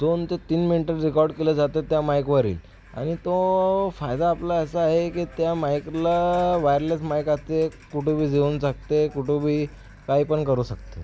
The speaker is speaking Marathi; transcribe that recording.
दोन ते तीन मिनीटात रेकॉर्ड केलं जातं त्या माईकवर आणि तो फायदा आपला असा आहे की त्या माइकला वायरलेस माईकचे कुठं बी घेऊन शकते कुठं बी काही पण करू शकते